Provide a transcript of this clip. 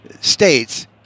states